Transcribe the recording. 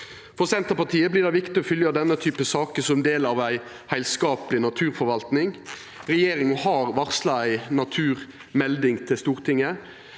For Senterpartiet vert det viktig å fylgja denne type saker som ein del av ei heilskapleg naturforvalting. Regjeringa har varsla ei naturmelding til Stortinget.